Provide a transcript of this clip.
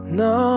no